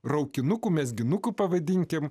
rauktinukų mezginukų pavadinkime